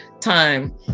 time